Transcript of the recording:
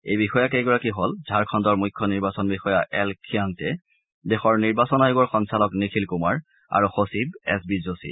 এই বিষয়াকেইগৰাকী হল ঝাৰখণ্ডৰ মুখ্য নিৰ্বাচন বিষয়া এল খিয়াংটে দেশৰ নিৰ্বাচন আয়োগৰ সঞ্চালক নিখিল কুমাৰ আৰু সচিব এছ বি যোশী